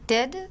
Dead